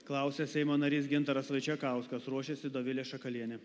klausia seimo narys gintaras vaičekauskas ruošiasi dovilė šakalienė